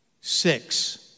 six